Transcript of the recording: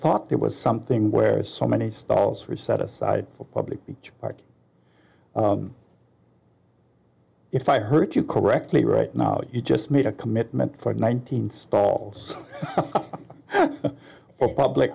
thought there was something where so many stalls were set aside for public beach if i heard you correctly right now you just made a commitment for nineteen stalls of public